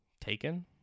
taken